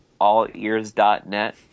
allears.net